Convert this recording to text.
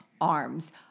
arms